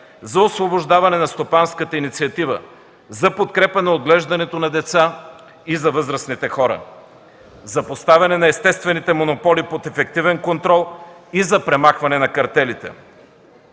за освобождаване на стопанската инициатива, за подкрепа на отглеждането на деца и на възрастните хора, за поставяне на естествените монополи под ефективен контрол и за премахването на картелите.